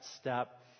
step